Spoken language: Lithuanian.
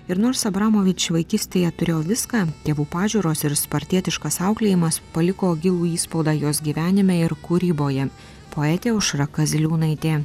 ir nors abramovič vaikystėje turėjau viską tėvų pažiūros ir spartietiškas auklėjimas paliko gilų įspaudą jos gyvenime ir kūryboje poetė aušra kaziliūnaitė